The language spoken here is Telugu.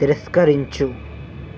తిరస్కరించు